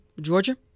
Georgia